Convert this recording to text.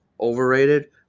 overrated